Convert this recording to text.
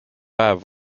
päev